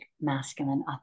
masculine